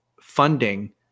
funding